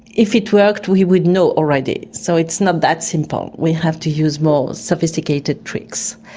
if it worked we would know already, so it's not that simple, we have to use more sophisticated tricks,